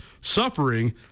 suffering